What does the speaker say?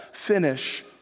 finish